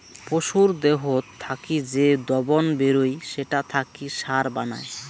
পশুর দেহত থাকি যে দবন বেরুই সেটা থাকি সার বানায়